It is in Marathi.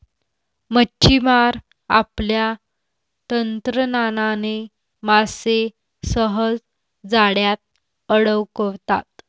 मच्छिमार आपल्या तंत्रज्ञानाने मासे सहज जाळ्यात अडकवतात